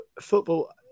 Football